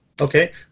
Okay